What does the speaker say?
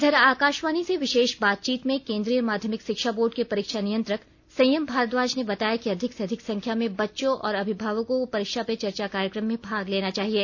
इधर आकाशवाणी से विशेष बातचीत में केन्द्रीय माध्यमिक शिक्षा बोर्ड के परीक्षा नियंत्रक संयम भारद्वाज ने बताया कि अधिक से अधिक संख्या में बच्चों और अभिभावकों को परीक्षा पे चर्चा कार्यक्रम में भाग लेना चाहिए